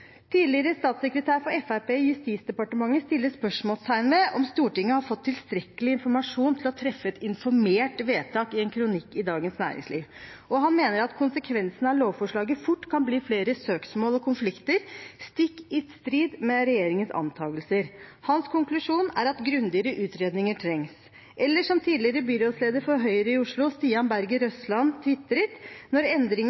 tidligere statssekretær for Fremskrittspartiet i Justisdepartementet setter i en kronikk i Dagens Næringsliv spørsmålstegn ved om Stortinget har fått tilstrekkelig informasjon til å treffe et informert vedtak. Han mener at konsekvensen av lovforslaget fort kan bli flere søksmål og konflikter – stikk i strid med regjeringens antakelser. Hans konklusjon er at grundigere utredninger trengs. Eller som tidligere byrådsleder for Høyre i Oslo, Stian Berger Røsland, tvitret: «Når endringen